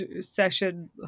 session